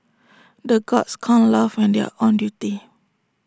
the guards can't laugh when they are on duty